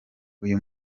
uyu